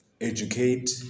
educate